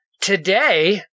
Today